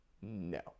No